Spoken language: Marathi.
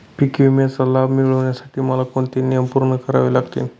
पीक विम्याचा लाभ मिळण्यासाठी मला कोणते नियम पूर्ण करावे लागतील?